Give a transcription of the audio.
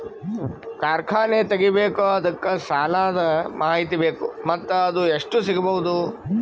ಕಾರ್ಖಾನೆ ತಗಿಬೇಕು ಅದಕ್ಕ ಸಾಲಾದ ಮಾಹಿತಿ ಬೇಕು ಮತ್ತ ಅದು ಎಷ್ಟು ಸಿಗಬಹುದು?